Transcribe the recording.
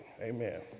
amen